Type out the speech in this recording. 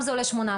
שם זה עולה 800,